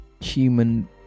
human